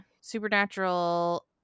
supernatural